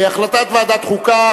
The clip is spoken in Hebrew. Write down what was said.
החלטת ועדת החוקה,